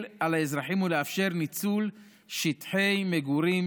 על האזרחים ולאפשר ניצול שטחי מגורים